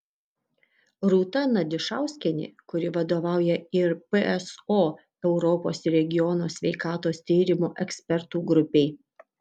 rūta nadišauskienė kuri vadovauja ir pso europos regiono sveikatos tyrimų ekspertų grupei